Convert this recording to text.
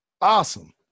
Awesome